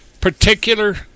particular